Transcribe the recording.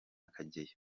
kageyo